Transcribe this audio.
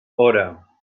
hora